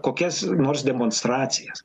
kokias nors demonstracijas